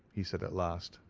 he said at last,